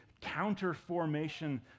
counter-formation